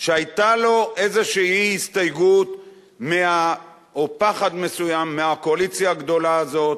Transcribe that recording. שהיתה לו איזו הסתייגות או פחד מסוים מהקואליציה הגדולה הזאת.